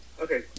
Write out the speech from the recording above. Okay